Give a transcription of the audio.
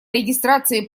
регистрации